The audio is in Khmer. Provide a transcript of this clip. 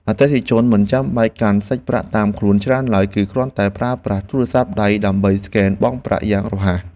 អតិថិជនមិនចាំបាច់កាន់សាច់ប្រាក់តាមខ្លួនច្រើនឡើយ គឺគ្រាន់តែប្រើប្រាស់ទូរស័ព្ទដៃដើម្បីស្កែនបង់ប្រាក់យ៉ាងរហ័ស។